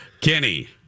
Kenny